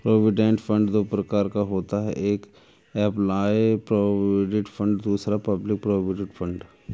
provident fund दो प्रकार का होता है एक एंप्लॉय प्रोविडेंट फंड दूसरा पब्लिक प्रोविडेंट फंड